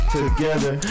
together